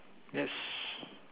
yes